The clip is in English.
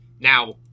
Now